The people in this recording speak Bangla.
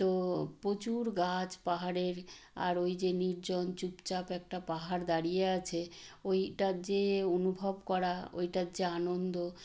তো প্রচুর গাছ পাহাড়ের আর ওই যে নির্জন চুপচাপ একটা পাহাড় দাঁড়িয়ে আছে ওইটার যে অনুভব করা ওইটার যে আনন্দ